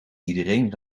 iedereen